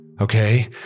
okay